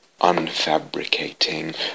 unfabricating